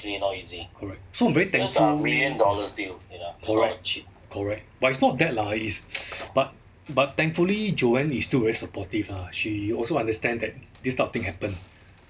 correct so I'm very thankful correct but it's not that lah it's but but thankfully joanne is still very supportive lah she also understand that this type of thing happen